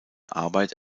arbeit